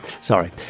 Sorry